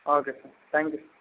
okay sir thank you